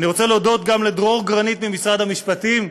אני רוצה להודות גם לדרור גרנית ממשרד המשפטים,